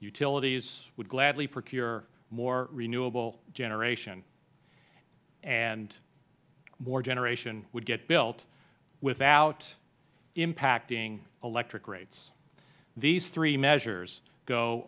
utilities would gladly procure more renewable generation and more generation would get built without impacting electric rates these three measures go